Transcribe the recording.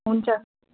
हुन्छ